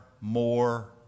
more